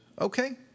Okay